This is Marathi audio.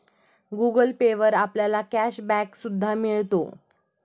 गुगल पे वर आपल्याला कॅश बॅक सुद्धा मिळतो